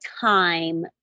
time